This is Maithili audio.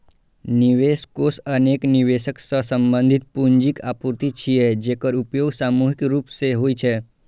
निवेश कोष अनेक निवेशक सं संबंधित पूंजीक आपूर्ति छियै, जेकर उपयोग सामूहिक रूप सं होइ छै